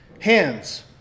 Hands